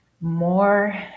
more